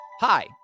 Hi